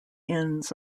inns